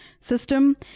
system